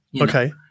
Okay